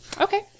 Okay